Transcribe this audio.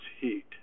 heat